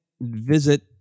visit